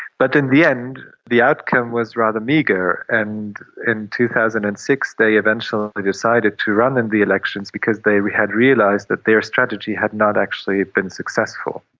but in the end, the outcome was rather meagre, and in two thousand and six they eventually decided to run in the elections because they had realised that their strategy had not actually been successful.